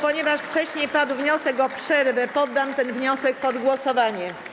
Ponieważ wcześniej padł wniosek o przerwę, poddam ten wniosek pod głosowanie.